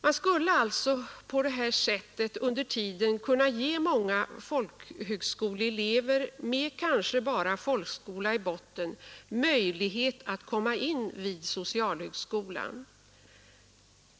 Men i avvaktan på resultatet av utredningsarbetet skulle man kunna ge många folkhögskoleelever med kanske bara folkskola i botten möjlighet att komma in vid socialhögskolan.